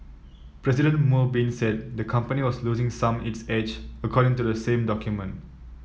President Mo Bin said the company was losing some its edge according to the same document